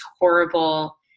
horrible